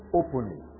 openly